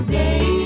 day